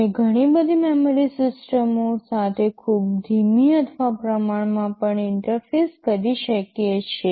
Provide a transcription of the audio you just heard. અમે ઘણી બધી મેમરી સિસ્ટમો સાથે ખૂબ ધીમી અથવા પ્રમાણમાં પણ ઇન્ટરફેસ કરી શકીએ છીએ